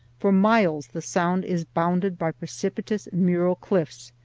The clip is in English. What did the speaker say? for miles the sound is bounded by precipitous mural cliffs,